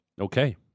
Okay